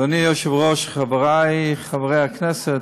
אדוני היושב-ראש, חברי חברי הכנסת,